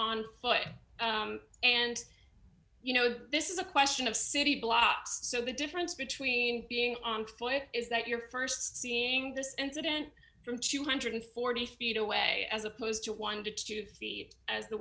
on foot and you know this is a question of city blocks so the difference between being on foot is that your st seeing this incident from two hundred and forty feet away as opposed to one to two feet as the